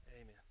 Amen